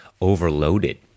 overloaded